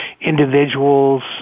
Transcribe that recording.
individuals